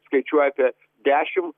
skaičiuoja apie dešimt